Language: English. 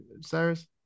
Cyrus